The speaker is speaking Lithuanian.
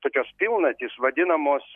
tokios pilnatys vadinamos